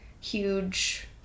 huge